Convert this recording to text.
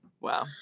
wow